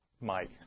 Mike